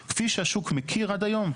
כפי שהשוק מכיר עד היום,